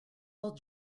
all